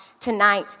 tonight